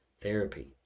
therapy